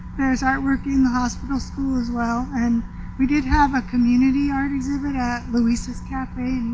there is artwork in the hospital school as well. and we did have a community art exhibit at luisa's cafe